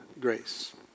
grace